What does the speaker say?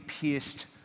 pierced